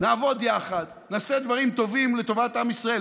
נעבוד יחד, נעשה דברים טובים לטובת עם ישראל.